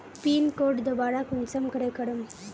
Pin code दोबारा कुंसम करे करूम?